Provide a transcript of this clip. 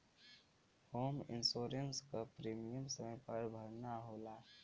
home insurance क premium समय पर भरना होला